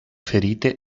ferite